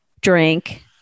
drink